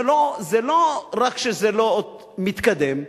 זה לא רק שזה לא מתקדם,